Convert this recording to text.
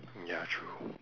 ya true